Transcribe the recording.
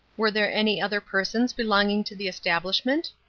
were there any other persons belonging to the establishment?